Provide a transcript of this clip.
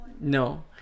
No